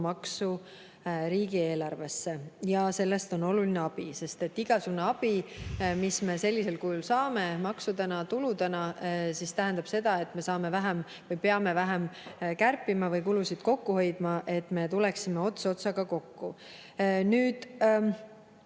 tulumaksu riigieelarvesse. Sellest on oluline abi, sest igasugune abi, mis me sellisel kujul saame, maksudena ja tuludena, tähendab seda, et me peame vähem kärpima või kulusid kokku hoidma, et me tuleksime ots otsaga kokku. Mis